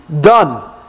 done